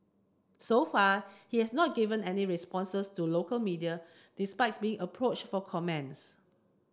so far he has not given any responses to local media despite being approached for comments